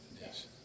Yes